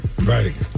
right